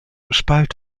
spalt